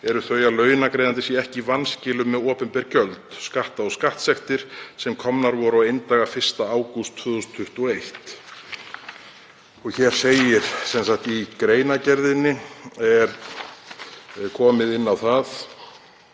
eru þau að launagreiðandi sé ekki í vanskilum með opinber gjöld, skatta og skattsektir sem komnar voru á eindaga 1. ágúst 2021 …“ Í greinargerðinni er komið inn á það